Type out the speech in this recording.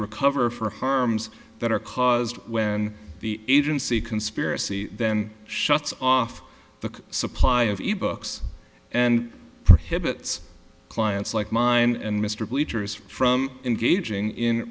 recover for harms that are caused when the agency conspiracy then shuts off the supply of ebooks and prohibits clients like mine and mr bleachers from engaging in